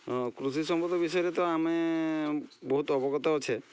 କୃଷି ସମ୍ପଦ ବିଷୟରେ ତ ଆମେ ବହୁତ ଅବଗତ ଅଛେ